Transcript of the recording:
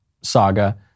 saga